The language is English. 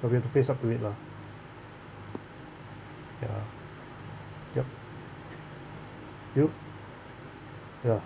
but we have to face up to it lah ya yup you ya